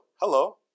hello